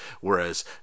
whereas